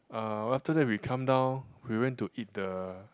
uh after that we come down we went to eat the